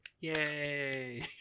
Yay